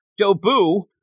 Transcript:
Dobu